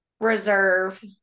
reserve